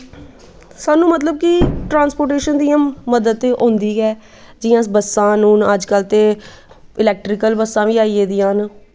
सानूं मतलब कि ट्रांस्पोटेशन दी मदद ते होंदी गै जि'यां बस्सां न हून अजकल्ल ते इलैक्ट्रिकल बस्सां बी आई गेदियां न